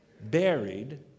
Buried